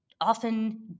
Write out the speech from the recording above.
often